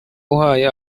uhaye